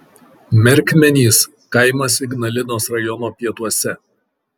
merkmenys kaimas ignalinos rajono pietuose